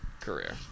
career